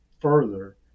further